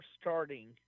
starting